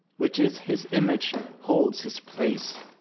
which is his image, holds his place.